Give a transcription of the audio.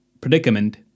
predicament